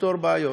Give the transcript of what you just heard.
לפתור בעיות.